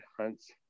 hunts